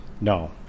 No